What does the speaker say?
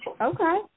Okay